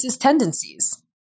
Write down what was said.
tendencies